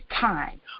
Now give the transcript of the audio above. time